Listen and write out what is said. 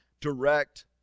direct